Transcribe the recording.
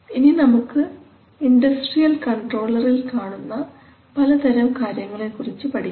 ഇനി നമുക്ക് ഇൻഡസ്ട്രിയൽ കൺട്രോളറിൽ കാണുന്ന പലതരം കാര്യങ്ങളെക്കുറിച്ച് പഠിക്കാം